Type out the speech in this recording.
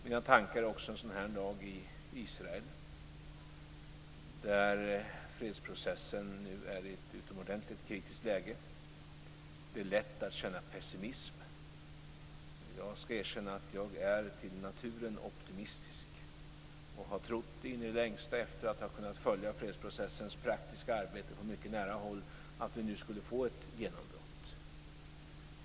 Mina tankar är en sådan här dag också i Israel, där fredsprocessen nu är i ett utomordentligt kritiskt läge. Det är lätt att känna pessimism. Jag ska erkänna att jag till naturen är optimistisk och har trott i det längsta, efter att ha kunnat följa fredsprocessens praktiska arbete på mycket nära håll, att vi nu skulle få ett genombrott.